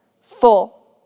full